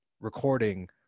recording